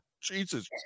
Jesus